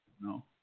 No